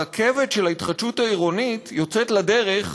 הרכבת של ההתחדשות העירונית יוצאת לדרך,